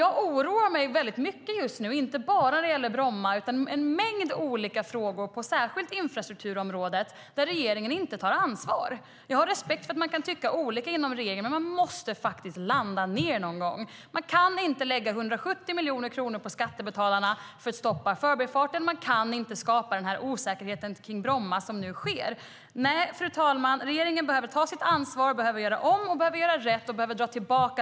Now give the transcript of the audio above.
Jag oroar mig väldigt mycket just nu, men inte bara när det gäller Bromma. Det är en mängd olika frågor där regeringen inte tar ansvar, särskilt på infrastrukturområdet. Jag har respekt för att man kan tycka olika inom regeringen, men man måste faktiskt landa någon gång. Man kan inte lägga 170 miljoner kronor på skattebetalarna för att stoppa Förbifarten. Man kan inte skapa osäkerhet kring Bromma på det sätt som nu sker. Nej, fru talman, regeringen behöver ta sitt ansvar, behöver göra om och göra rätt. Samordnaren måste dras tillbaka.